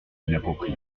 inapproprié